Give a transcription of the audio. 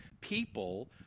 people